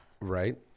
Right